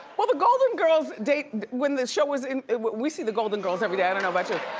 well the golden girls date, when the show was, we see the golden girls everyday i don't know about you.